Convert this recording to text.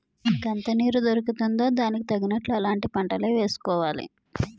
మనకెంత నీరు దొరుకుతుందో దానికి తగినట్లు అలాంటి పంటలే వేసుకోవాలి